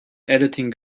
editing